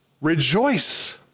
rejoice